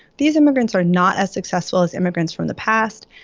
these immigrants are not as successful as immigrants from the past,